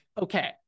okay